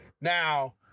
now